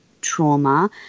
trauma